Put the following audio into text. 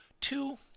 Two